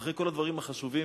ואחרי כל הדברים החשובים,